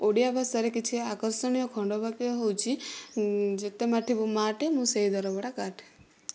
ଓଡ଼ିଆ ଭାଷାରେ କିଛି ଆକର୍ଷଣୀୟ ଖଣ୍ଡବାକ୍ୟ ହେଉଛି ଯେତେ ମାଠିବୁ ମାଠେ ମୁଁ ସେହି ଦରପୋଡ଼ା କାଠ